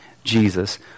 Jesus